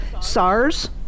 SARS